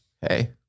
hey